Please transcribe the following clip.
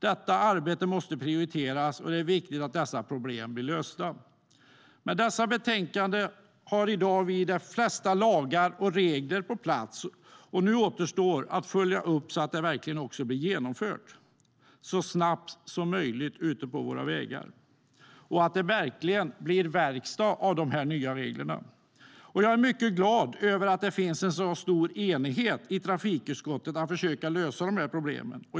Detta arbete måste prioriteras, och det är viktigt att dessa problem blir lösta. I och med det som framgår av dessa betänkanden kommer vi att ha de flesta lagar och regler på plats. Nu återstår att följa upp att detta verkligen blir genomfört så snabbt som möjligt ute på våra vägar. Det måste verkligen bli verkstad av dessa nya regler. Jag är mycket glad över att det finns en så stor enighet i trafikutskottet när det gäller att försöka lösa dessa problem.